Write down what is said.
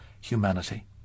humanity